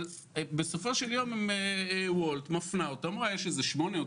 אבל בסופו של יום וולט מפנה אותם ל-8 או